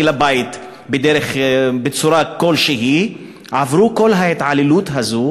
לבית בצורה כלשהי עברו את כל ההתעללות הזאת